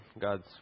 God's